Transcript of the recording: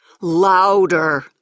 Louder